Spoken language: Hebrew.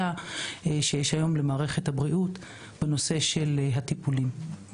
שיש היום למערכת הבריאות בנושא הטיפולים.